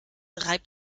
reibt